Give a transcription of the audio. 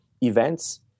events